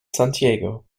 santiago